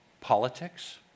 politics